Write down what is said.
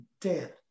dead